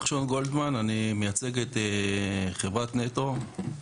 אני מייצג את חברת נטו.